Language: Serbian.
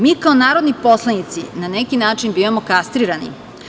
Mi kao narodni poslanici na neki način bivamo kastrirano.